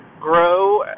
grow